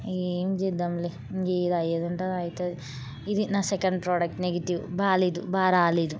ఎం చేద్దాంలే ఏది అయేది ఉంటే అది అవుతుంది ఇది నా సెకండ్ ప్రొడక్ట్ నెగటివ్ బాగలేదు బాగ రాలేదు